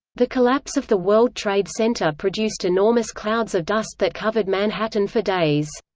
the collapse of the world trade center produced enormous clouds of dust that covered manhattan for days.